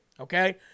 okay